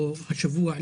או השבוע,